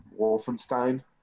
Wolfenstein